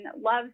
loves